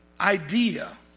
idea